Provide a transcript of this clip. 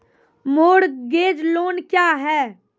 Mortgage loan क्या है?